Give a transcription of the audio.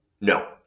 no